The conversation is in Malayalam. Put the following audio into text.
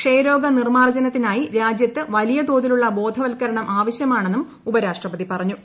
ക്ഷയരോഗ് നിർമാർജ്ജനത്തിനായി രാജ്യത്ത് വലിയ തോതിലുള്ള ബോധവത്കരണം ആവശ്യമാണെന്നും ഉപരാഷ്ട്രപതി പറഞ്ഞു